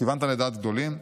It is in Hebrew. כיוונת לדעת גדולים.